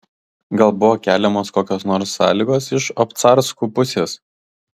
gal buvo keliamos kokios nors sąlygos iš obcarskų pusės